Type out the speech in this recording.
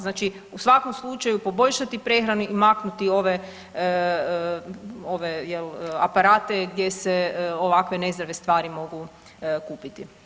Znači u svakom slučaju poboljšati prehranu i maknuti ove, ove jel aparate gdje se ovakve nezdrave stvari mogu kupiti.